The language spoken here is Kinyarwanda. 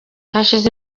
hashize